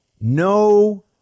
no